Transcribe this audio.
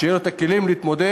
שיהיו לו הכלים להתמודד,